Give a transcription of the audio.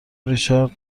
ریچارد